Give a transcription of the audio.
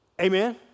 Amen